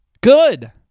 Good